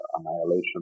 annihilation